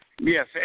Yes